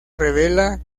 revela